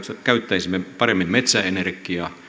käyttäisimme paremmin metsäenergiaa